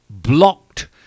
blocked